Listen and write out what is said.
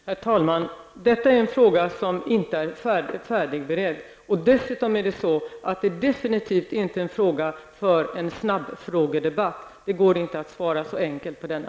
Herr talman! Denna fråga är inte färdigberedd. Dessutom är det definitivt inte en fråga som lämpar sig för en snabbfrågedebatt. Det är inte så enkelt att svara på en fråga som denna.